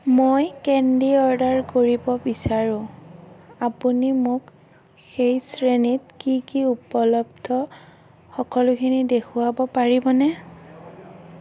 মই candy order কৰিব বিচাৰোঁ আপুনি মোক সেই শ্ৰেণীত কি কি উপলব্ধ সকলোখিনি দেখুৱাব পাৰিবনে